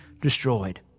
destroyed